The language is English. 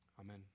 Amen